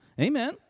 Amen